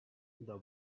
the